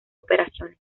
operaciones